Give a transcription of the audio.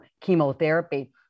chemotherapy